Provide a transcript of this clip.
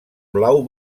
blau